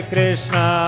Krishna